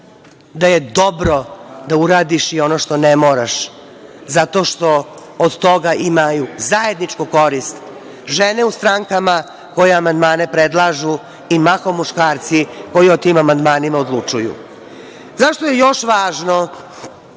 da je dobro da uradiš i ono što ne moraš zato što od toga imaju zajedničku korist žene u strankama koje amandmane predlažu i mahom muškarci koji o tim amandmanima odlučuju.Zašto je još važno